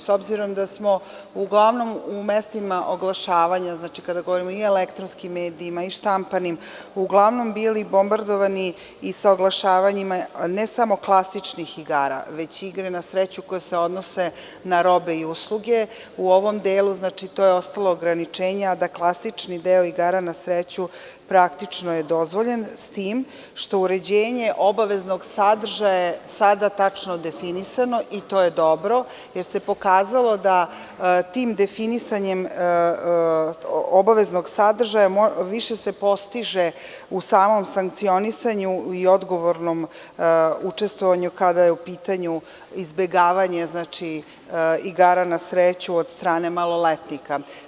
S obzirom da smo uglavnom u mestima oglašavanja, kada govorimo i o elektronskim medijima, štampanim, bili bombardovani i sa oglašivanjima, ne samo klasičnih igara, već igara na sreću koje se odnose na robe i usluge, u ovom delu je ostalo ograničenje, a klasični deo igara na sreću praktično je dozvoljen, s tim što je uređenje obaveznog sadržaja sada tačno definisano, i to je dobro, jer se tim definisanjem obaveznog sadržaja više postiže u samom sankcionisanju i odgovornom učestvovanju kada je u pitanju izbegavanje igara na sreću od strane maloletnika.